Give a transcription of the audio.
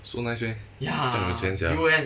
so nice meh jiang 有钱 sia